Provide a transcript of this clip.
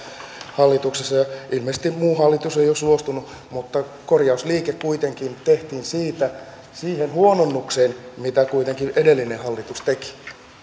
hallituksessa ja ilmeisesti muu hallitus ei ole suostunut mutta korjausliike kuitenkin tehtiin siihen huononnukseen minkä edellinen hallitus teki